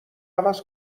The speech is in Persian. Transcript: عوض